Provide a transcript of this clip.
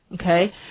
Okay